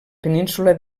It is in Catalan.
península